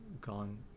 gone